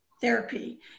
therapy